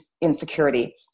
insecurity